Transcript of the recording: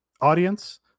audience